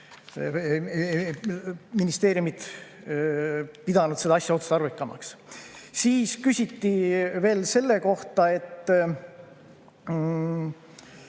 pidanud seda asja otstarbekamaks. Siis küsiti veel selle kohta, et